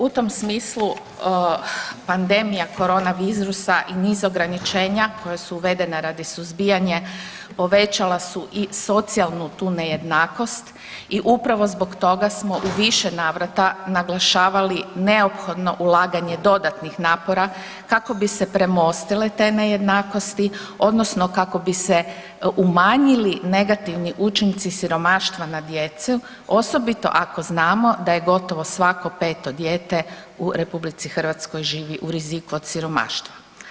U tom smislu pandemija korona virusa i niz ograničenja koja su uvedena radi suzbijanje povećala su i socijalnu tu nejednakost i upravo zbog toga smo u više navrata naglašavali neophodno ulaganje dodatnih napora kako bi se premostile te nejednakosti odnosno kako bi se umanjili negativni učinci siromaštva na djecu, osobito ako znamo da je gotovo svako peto dijete u RH živi u riziku od siromaštva.